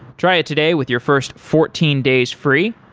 try it today with your first fourteen days free.